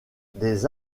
des